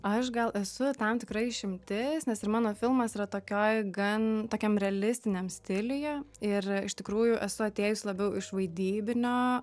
aš gal esu tam tikra išimtis nes ir mano filmas yra tokioj gan tokiam realistiniam stiliuje ir iš tikrųjų esu atėjusi labiau iš vaidybinio